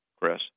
Chris